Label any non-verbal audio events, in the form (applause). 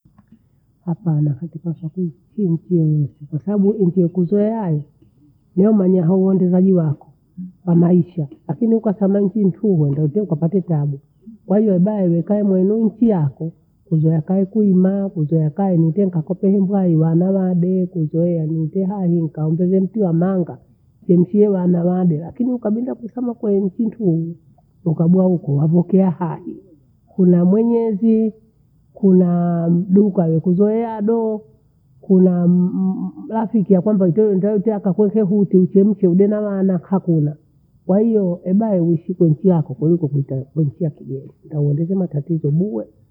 Hapana, kakupata ti- thi- thioe kwasababu ukiokuzoeae nomanaya howandu nanyu wako, kwa maisha. Lakini ukasema eti nifungoi eti ukape taje kazi ambayo wekamo nomkiako kugea kaekumma kunjea kaye nte nkakope hedi wayuwa wana wade kuzoeani. Tehani nikaongeze mti wa manga, nichemshie wana wandea. Lakini ukagunda kusema kweli nifikie, ukagwa uko waboghekea hai. Kula mwenyezi, kulaa bebi kwa aliye kuzoea ado, kula (hesitation) aha siti ya kwanza, utele ndai tia akakose hutu uchemshe uge na wana khakuna. Kwahiyo ebai nishike hesi yako kuiko kuita kumsimu akujeli nitawangezea matatizo bure.